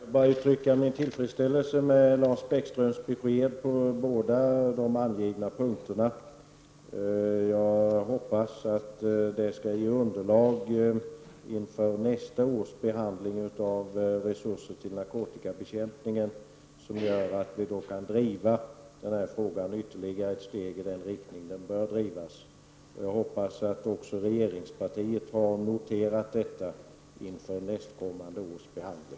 Herr talman! Jag vill bara uttrycka min tillfredsställelse över Lars Bäckströms besked när det gäller båda dessa punkter. Jag hoppas att detta skall ge underlag inför nästa års behandling av resurser för narkotikabekämpningen, så att vi kan driva denna fråga ytterligare ett steg i den riktningen den bör drivas. Jag hoppas att även regeringspartiet har noterat detta inför nästkommande års behandling.